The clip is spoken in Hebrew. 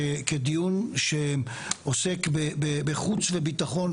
כדיון שעוסק בחוץ וביטחון,